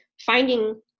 finding